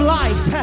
life